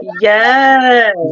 Yes